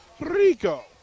Rico